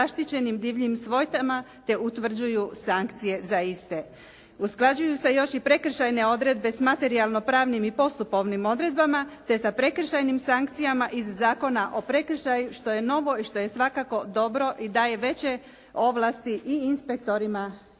zaštićenim divljim svojtama te utvrđuju sankcije za iste. Usklađuju se još i prekršajne odredbe s materijalno-pravnim i postupovnim odredbama te sa prekršajnim sankcijama iz Zakona o prekršaju što je novo i što je svakako dobro i daje veće ovlasti i inspektorima i očekujemo